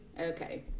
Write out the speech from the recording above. Okay